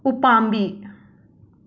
ꯎꯄꯥꯝꯕꯤ